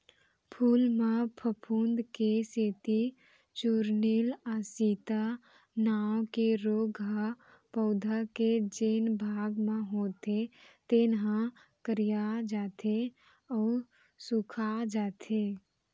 फूल म फफूंद के सेती चूर्निल आसिता नांव के रोग ह पउधा के जेन भाग म होथे तेन ह करिया जाथे अउ सूखाजाथे